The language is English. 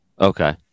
Okay